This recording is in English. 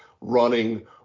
running